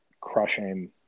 crushing